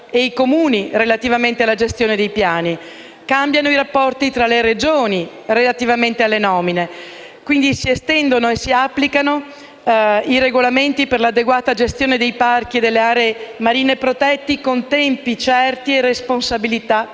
e i Comuni relativamente alla gestione dei piani. Cambiano i rapporti tra le Regioni relativamente alle nomine. Quindi si estendono e si applicano i regolamenti per l’adeguata gestione dei parchi e delle aree marine protette con tempi certi e responsabilità chiare.